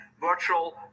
virtual